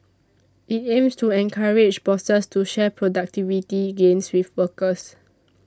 it aims to encourage bosses to share productivity gains with workers